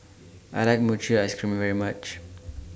I like Mochi Ice Cream very much